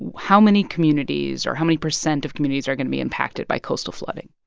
and how many communities or how many percent of communities are going to be impacted by coastal flooding?